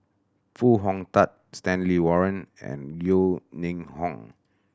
Foo Hong Tatt Stanley Warren and Yeo Ning Hong